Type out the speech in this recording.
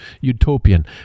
utopian